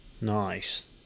nice